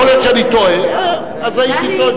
יכול להיות שאני טועה, אז, הייתי טועה.